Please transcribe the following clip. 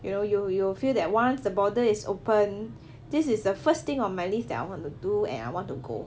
you know you you feel that once the border is open this is the first thing on my list that I want to do and I want to go